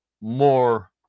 more